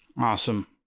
awesome